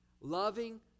Loving